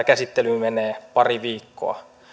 käsittelyyn menee pari viikkoa